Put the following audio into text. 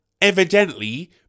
evidently